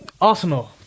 Arsenal